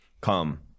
come